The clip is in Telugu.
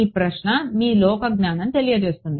ఈ ప్రశ్న మీ లోకజ్ఞానం తెలియజేస్తుంది